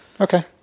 Okay